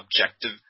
objective